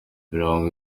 birangwa